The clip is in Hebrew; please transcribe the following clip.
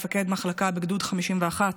מפקד מחלקה בגדוד 51,